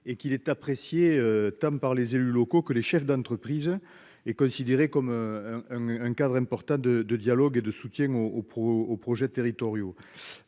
et qu'il est apprécié TAM par les élus locaux, que les chefs d'entreprise est considéré comme un un cadre important de de dialogue et de soutien au au pro aux projets territoriaux